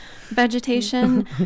vegetation